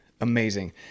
amazing